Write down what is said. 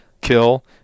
kill